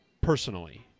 personally